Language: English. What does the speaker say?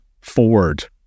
Ford